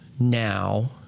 now